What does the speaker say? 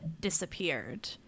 disappeared